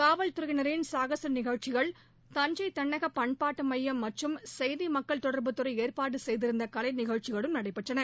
காவல்துறையினரின் சாகச நிகழ்ச்சிகள் தஞ்சை தென்னக பன்பாட்டு மையம் மற்றும் செய்தி மக்கள் தொடர்பு துறை ஏற்பாடு செய்திருந்த கலை நிகழ்ச்சிகளும் நடைபெற்றன